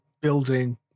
building